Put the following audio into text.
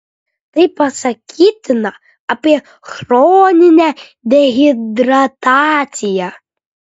tai pasakytina apie chroninę dehidrataciją